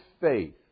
faith